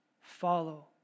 follow